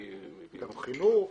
גם חינוך,